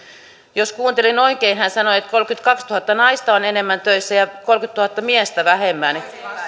jos kuuntelin oikein hän sanoi että kolmekymmentäkaksituhatta naista on enemmän töissä ja kolmekymmentätuhatta miestä vähemmän